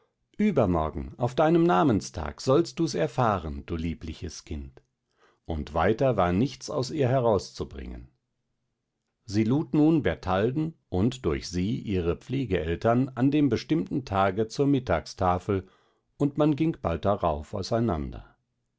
übermorgen auf deinen namenstag sollst du's erfahren du liebliches kind und weiter war nichts aus ihr herauszubringen sie lud nun bertalden und durch sie ihre pflegeeltern an dem bestimmten tage zur mittagstafel und man ging bald darauf auseinander